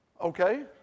Okay